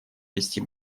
вести